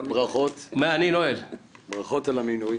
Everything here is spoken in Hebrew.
ברכות על המינוי.